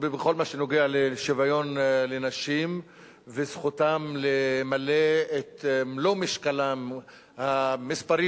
בכל מה שנוגע לשוויון לנשים וזכותן למלא את מלוא משקלן המספרי